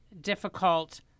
difficult